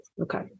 Okay